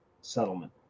settlement